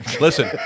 Listen